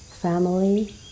family